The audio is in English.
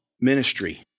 ministry